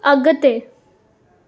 अॻिते